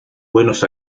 buenos